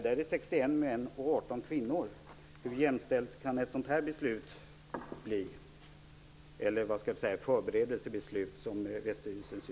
Där är det 61 män och 18 kvinnor. Hur jämställt kan ett sådant förberedande beslut bli?